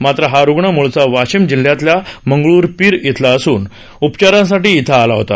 मात्र हा रुग्ण मूळचा वाशिम जिल्ह्यातल्या मगळ्रपीर इथला असून तो उपचारासाठी इथं आला होता